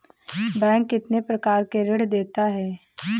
Bank कितने प्रकार के ऋण देता है?